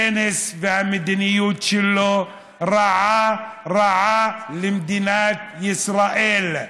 פנס והמדיניות שלו רעים, רעים למדינת ישראל.